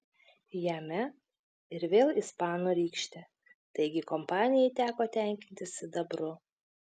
jame ir vėl ispanų rykštė taigi kompanijai teko tenkintis sidabru